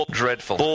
dreadful